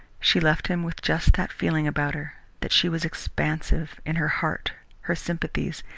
she left him with just that feeling about her that she was expansive, in her heart, her sympathies,